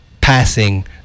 passing